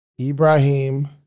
Ibrahim